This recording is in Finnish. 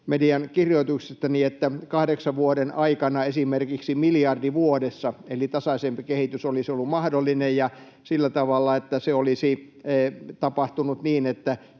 median kirjoituksistani, että kahdeksan vuoden aikana esimerkiksi miljardi vuodessa, eli tasaisempi kehitys, olisi ollut mahdollinen, ja sillä tavalla, että se olisi tapahtunut niin, että